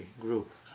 group